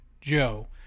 joe